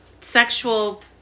sexual